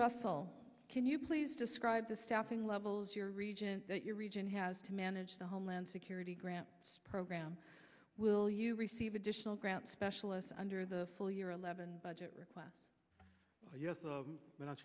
russell can you please describe the staffing levels your region that your region has to manage the homeland security grant program will you receive additional grants specialists under the full year eleven budget request